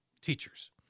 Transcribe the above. teachers